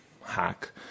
hack